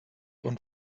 und